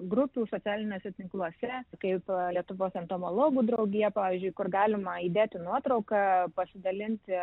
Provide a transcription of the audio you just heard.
grupių socialiniuose tinkluose kaip lietuvos entomologų draugija pavyzdžiui kur galima įdėti nuotrauką pasidalinti